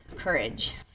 courage